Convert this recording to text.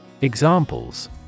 Examples